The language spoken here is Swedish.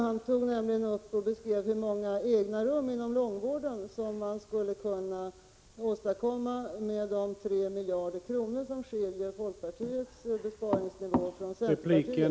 Han beskrev hur många egna rum inom långvården som man skulle kunna åstadkomma med de 3 miljarder som skiljer folkpartiets besparingsnivå från